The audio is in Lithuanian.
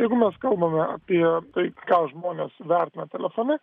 jeigu mes kalbame apie tai ką žmonės vertina telefone